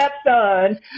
stepson